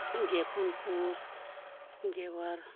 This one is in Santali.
ᱜᱮ ᱯᱩᱱ ᱯᱩᱥ ᱜᱮᱵᱟᱨ